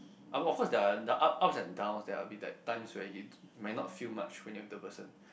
I mean of course there are up ups and downs there will be that times where you may not feel much when you are with the person